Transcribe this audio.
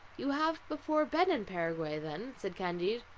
you have before been in paraguay, then? said candide.